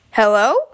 Hello